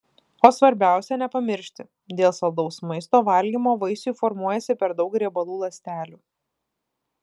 o svarbiausia nepamiršti dėl saldaus maisto valgymo vaisiui formuojasi per daug riebalų ląstelių